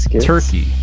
turkey